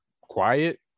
Quiet